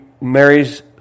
Mary's